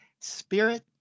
Spirit